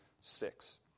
six